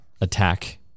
attack